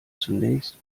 zunächst